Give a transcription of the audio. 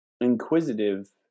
inquisitive